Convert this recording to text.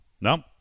No